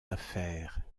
affaires